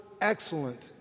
excellent